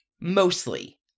mostly